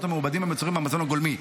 המעובדים המיוצרים מהמזון הגולמי.